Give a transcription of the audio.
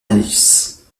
indice